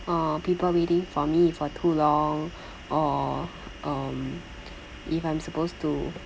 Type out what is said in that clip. uh people waiting for me for too long or um if I'm supposed to